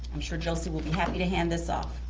i'm sure josie will be happy to hand this off.